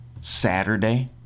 Saturday